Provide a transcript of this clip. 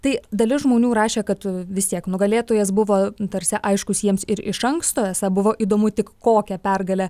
tai dalis žmonių rašė kad vis tiek nugalėtojas buvo tarsi aiškus jiems ir iš anksto esą buvo įdomu tik kokią pergalę